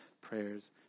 prayers